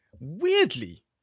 Weirdly